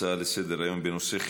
הצעה לסדר-היום מס' 9998,